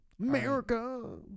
America